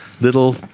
little